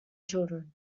children